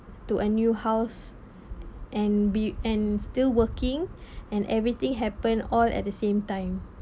to a new house and be and still working and everything happen all at the same time